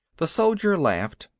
the soldier laughed.